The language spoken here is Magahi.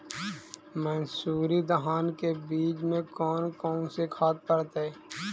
मंसूरी धान के बीज में कौन कौन से खाद पड़तै?